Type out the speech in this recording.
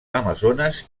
amazones